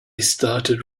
started